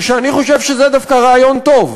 ואני חושב שזה דווקא רעיון טוב,